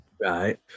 right